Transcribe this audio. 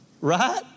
right